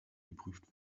geprüft